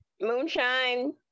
moonshine